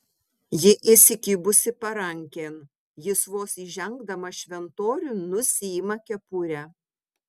ji įsikibusi parankėn jis vos įžengdamas šventoriun nusiima kepurę